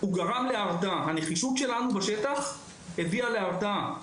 הוא גרם להרתעה, הנחישות שלנו בשטח הביאה להרתעה.